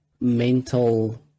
mental